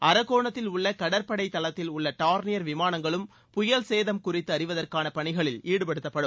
அரக்கோணத்தில் உள்ள கடற்படை தளத்தில் உள்ள டார்னியர் விமானங்களும் புயல் சேதம் குறித்து அறிவதற்கான பணிகளில் ஈடுபடுத்தப்படும்